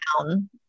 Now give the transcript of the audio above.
down